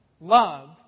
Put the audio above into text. love